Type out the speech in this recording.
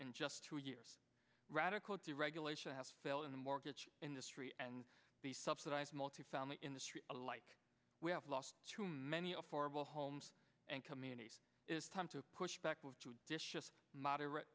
in just two years radical deregulation has failed in the mortgage industry and the subsidized multifamily industry alike we have lost too many affordable homes and communities is time to push back with judicious moderate